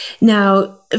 Now